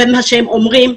במה שהם אומרים,